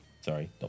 sorry